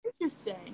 Interesting